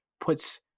puts